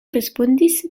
respondis